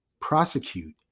prosecute